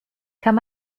kann